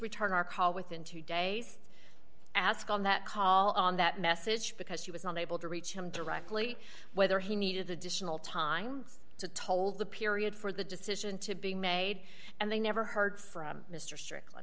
return our call within two days ask on that call on that message because she was on able to reach him directly whether he needed additional time to told the period for the decision to be made and they never heard from mr stric